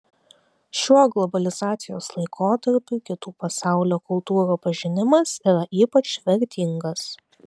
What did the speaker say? šiuo globalizacijos laikotarpiu kitų pasaulio kultūrų pažinimas yra ypač vertingas